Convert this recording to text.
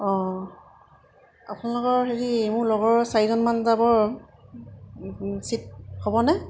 অঁ আপোনালোকৰ হেৰি মোৰ লগৰ চাৰিজনমান যাব চিট হ'বনে